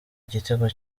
igitego